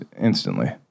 instantly